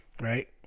Right